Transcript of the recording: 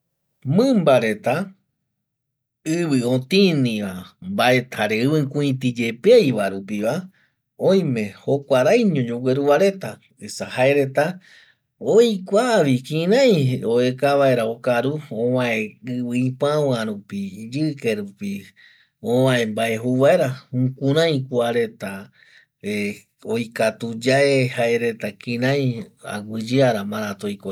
Mimba reta ivi otini va jaere ivi kuiti yepei varupiva oime jokuaraeño yogueruva reta esa jaereta oikua vi kirei uekavaera okaru ovae ivi ipau va rupi iyike rupi ovae vae jouvaera jukurei kuareta oikatuye jaereta kirai aguiyeara maratu oiko reta kua